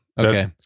Okay